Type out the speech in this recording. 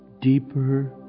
deeper